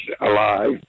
alive